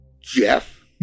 Jeff